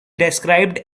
described